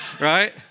right